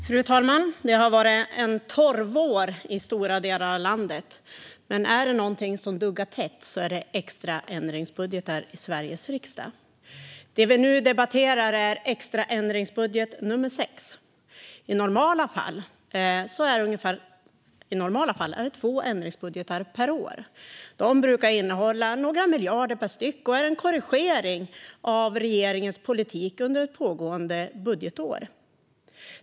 Fru talman! Det har varit en torr vår i stora delar av landet, men är det något som duggar tätt är det extra ändringsbudgetar i Sveriges riksdag. Det vi nu debatterar är extra ändringsbudget nr 6. I normala fall är det två ändringsbudgetar per år. De brukar innehålla några miljarder per styck och är en korrigering av regeringens politik under pågående budgetår.